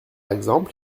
exemple